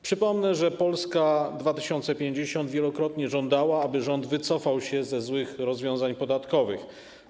Przypomnę, że Polska 2050 wielokrotnie żądała, aby rząd wycofał się ze złych rozwiązań podatkowych.